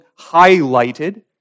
highlighted